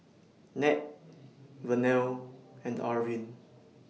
Nat Vernell and Arvin